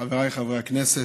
חבריי חברי הכנסת,